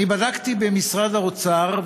בדקתי במשרד האוצר,